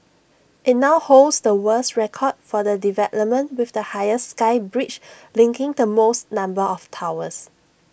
IT now holds the world's record for the development with the highest sky bridge linking the most number of towers